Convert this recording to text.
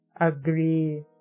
agree